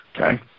Okay